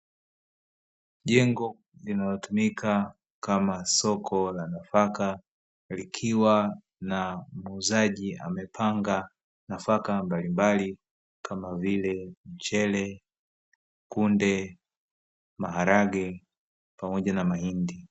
Jengo linalotumika kama soko la nafaka likiwa na muuzaji amepanga nafaka mbalimbali kama vile mchele, kunde, maharage pamoja na mahindi.